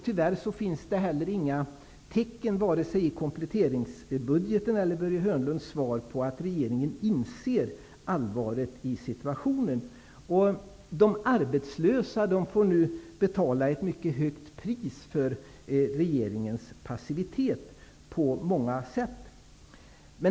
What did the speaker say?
Tyvärr finns det inte heller några tecken, vare sig i kompletteringsbudgeten eller i Börje Hörnlunds svar, på att regeringen inser allvaret i situationen. De arbetslösa får nu betala ett mycket högt pris för regeringens passivitet.